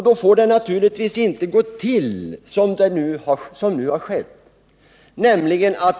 Då får det naturligtvis inte gå till på det här viset.